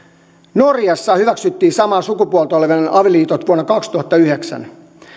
norjassa hyväksyttiin samaa sukupuolta olevien avioliitot vuonna kaksituhattayhdeksän